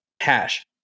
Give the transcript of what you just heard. hash